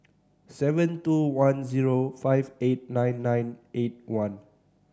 seven two one zero five eight nine nine eight one